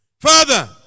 Father